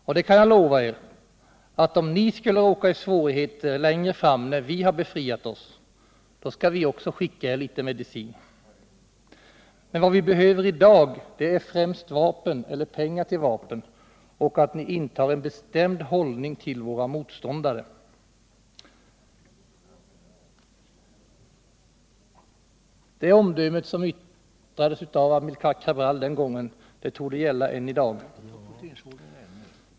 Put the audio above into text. Och det kan jag lova er, att om ni skulle råka i svårigheter längre fram när vi har befriat oss, då skall vi också skicka er litet medicin. Men vad vi behöver i dag, det är främst vapen eller pengar till vapen och att ni intar en bestämd hållning till våra motståndare. Det omdöme som den gången fälldes av Amilcar Cabral torde gälla ännu i dag.